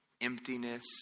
emptiness